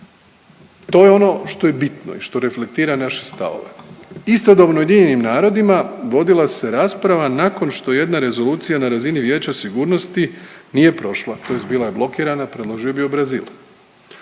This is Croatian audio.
To je ono što je bitno i što reflektira naše stavove. Istodobno u UN-u vodila se rasprava nakon što jedna Rezolucija na razini Vijeća sigurnosti nije prošla tj. bila je blokirana predložio je bio Brazil,